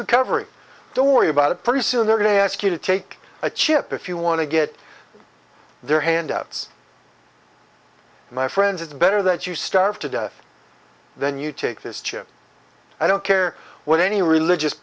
recovery don't worry about it pretty soon they're going to ask you to take a chip if you want to get their handouts my friends it's better that you starve to death than you take this ship i don't care what any religious